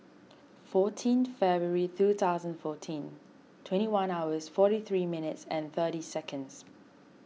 fourteen February two thousand fourteen twenty one hours forty three minutes and thirty seconds